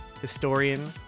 historian